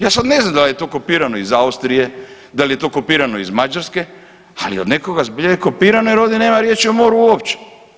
Ja sad ne znam da li je to kopirano iz Austrije, da li je to kopirano iz Mađarske, ali od nekoga zbilja je kopirano jer ovdje nema riječi o moru uopće.